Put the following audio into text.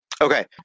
Okay